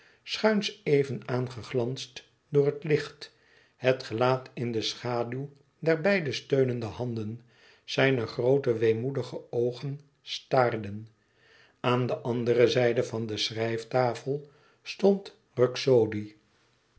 schuins even aangeglansd door het licht het gelaat in de schaduw der beide steunende handen zijne groote weemoedige oogen staarden aan de andere zijde van de schrijftafel stond ruxodi